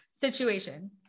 situation